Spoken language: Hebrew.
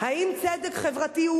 האם צדק חברתי הוא